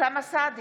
אוסאמה סעדי,